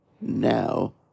now